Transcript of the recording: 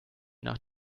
nach